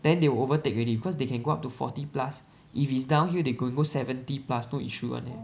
then they will overtake already because they can go up to forty plus if it's downhill they can go seventy plus no issue [one] leh